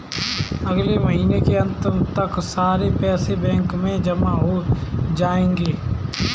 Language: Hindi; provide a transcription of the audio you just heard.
अगले महीने के अंत तक सारे पैसे बैंक में जमा हो जायेंगे